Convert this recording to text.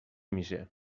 میشه